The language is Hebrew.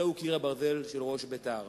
זהו קיר הברזל של ראש בית"ר.